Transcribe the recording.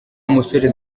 musore